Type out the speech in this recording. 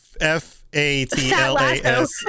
F-A-T-L-A-S